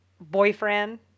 boyfriend